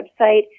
website